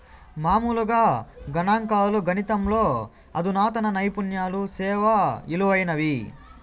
మామూలుగా గణంకాలు, గణితంలో అధునాతన నైపుణ్యాలు సేనా ఇలువైనవి